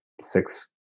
six